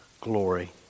glory